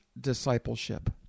discipleship